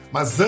Mas